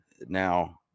now